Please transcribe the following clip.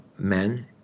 men